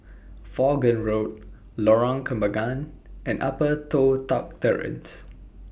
Vaughan Road Lorong Kembagan and Upper Toh Tuck Terrace